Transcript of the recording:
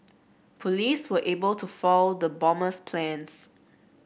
police were able to foil the bomber's plans